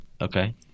Okay